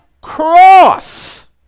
cross